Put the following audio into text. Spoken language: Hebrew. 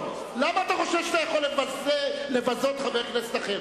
למה אתה חושב שאתה יכול לבזות חבר כנסת אחר?